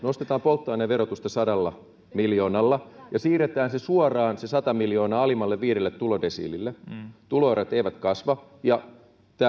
nostetaan polttoaineen verotusta sadalla miljoonalla ja siirretään suoraan se sata miljoonaa alimmille viidelle tulodesiilille jolloin tuloerot eivät kasva ja